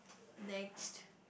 next